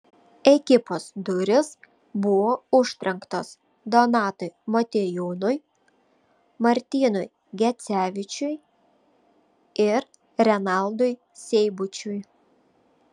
ekipos durys buvo užtrenktos donatui motiejūnui martynui gecevičiui ir renaldui seibučiui